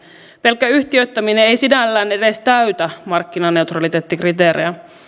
pelkkä yhtiöittäminen ei sinällään edes täytä markkinaneutraliteettikriteerejä